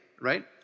right